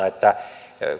että